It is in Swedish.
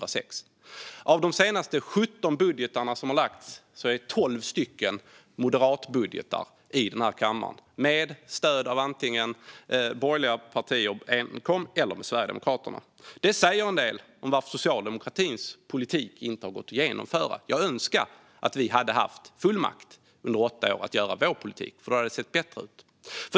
Av de senaste 17 budgetarna som har lagts fram i kammaren är 12 moderatbudgetar, vilka har fått stöd av antingen enkom borgerliga partier eller också av Sverigedemokraterna. Det säger en del om varför Socialdemokraternas politik inte har gått att genomföra. Jag önskar att vi hade haft full makt under åtta år att bedriva vår politik, för då hade det sett bättre ut.